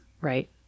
Right